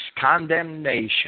condemnation